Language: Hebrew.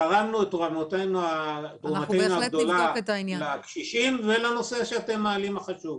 תרמנו את תרומתנו הגדולה לקשישים ולנושא החשוב שאתם מעלים.